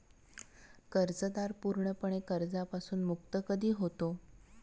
कर्जदार पूर्णपणे कर्जापासून मुक्त कधी होतो?